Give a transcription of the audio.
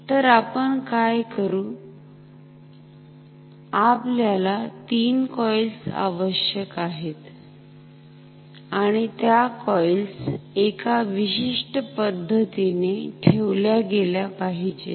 तर आपण काय करू आपल्याला 3 कॉईल्स आवश्यक आहेतआणि त्या कॉईल्स एका विशिष्ट पद्धतीने ठेवल्या गेल्या पाहिजेत